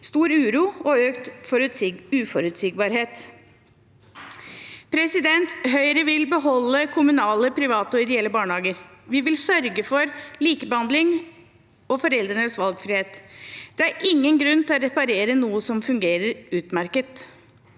stor uro og økt uforutsigbarhet. Høyre vil beholde kommunale, private og ideelle barnehager. Vi vil sørge for likebehandling og foreldrenes valgfrihet. Det er ingen grunn til å reparere noe som fungerer utmerket.